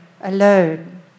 alone